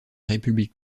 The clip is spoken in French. république